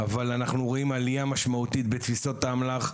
אבל אנחנו רואים עלייה משמעותית בתפיסות האמל"ח,